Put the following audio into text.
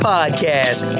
Podcast